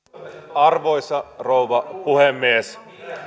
arvoisa rouva puhemies